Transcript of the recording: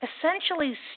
essentially